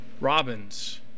Robin's